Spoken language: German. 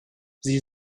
sie